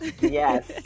yes